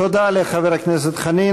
תודה לחבר הכנסת חנין.